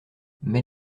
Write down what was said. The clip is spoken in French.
mais